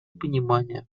понимания